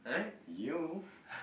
you